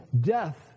death